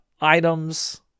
items